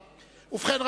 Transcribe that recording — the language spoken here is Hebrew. ובכן,